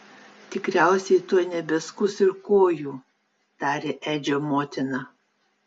tikriausiai tuoj nebeskus ir kojų tarė edžio motina